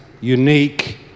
unique